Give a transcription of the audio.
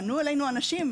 פנו אלינו אנשים,